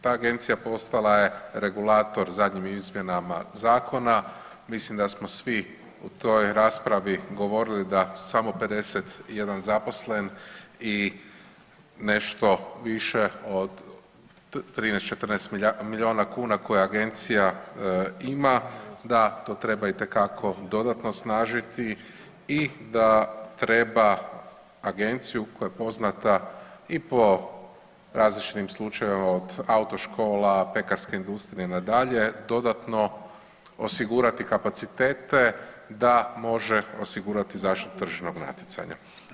Ta agencija postala je regulator zadnjim izmjenama zakona, mislim da smo svi u toj raspravi govorili da je samo 51 zaposlen i nešto više od 13, 14 milijuna kuna koje agencija ima da to treba itekako dodatno osnažiti i da treba agenciju koja je poznata i po različitim slučajevima od autoškola, pekarske industrije na dalje dodatno osigurati kapacitete da može osigurati zaštitu tržišnog natjecanja.